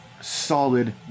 solid